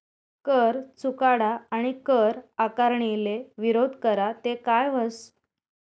कर चुकाडा आणि कर आकारणीले विरोध करा ते काय व्हस